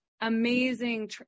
amazing